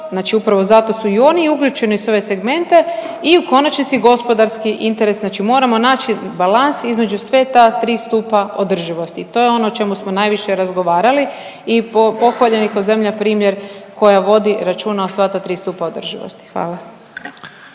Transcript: Znači upravo zato su i oni uključeni u sve segmente i u konačnici gospodarski interes. Znači moramo naći balans između sve ta tri stupa održivosti. I to je ono o čemu smo najviše razgovarali i pohvaljeni ko zemlja primjer koja vodi računa o sva ta tri stupa održivosti. Hvala.